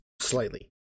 slightly